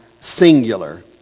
singular